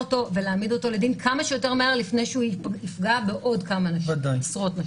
ולהעמידו לדין כמה שיותר מהר לפני שיפגע בעוד נשים.